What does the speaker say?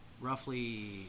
roughly